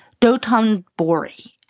Dotonbori